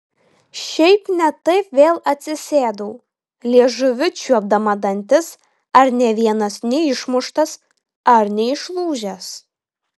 šiaip ne taip vėl atsisėdau liežuviu čiuopdama dantis ar nė vienas neišmuštas ar neišlūžęs